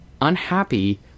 unhappy